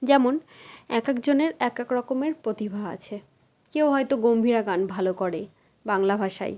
যেমন এক একজনের এক এক রকমের প্রতিভা আছে কেউ হয় তো গম্ভীরা গান ভালো করে বাংলা ভাষায়